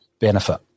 benefit